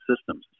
systems